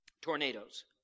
tornadoes